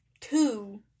Two